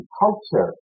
culture